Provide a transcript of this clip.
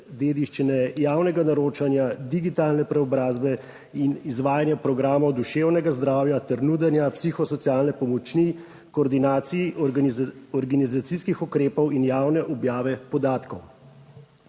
dediščine, javnega naročanja, digitalne preobrazbe in izvajanja programov duševnega zdravja ter nudenja psihosocialne pomoči. Koordinaciji organizacijskih ukrepov in javne objave podatkov.